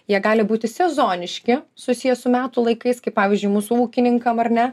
jie gali būti sezoniški susiję su metų laikais kaip pavyzdžiui mūsų ūkininkam ar ne